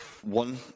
One